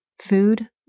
food